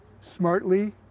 smartly